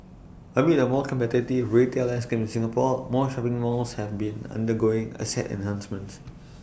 amid A more competitive retail landscape in Singapore more shopping malls have been undergoing asset enhancements